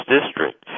District